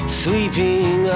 sweeping